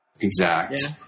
exact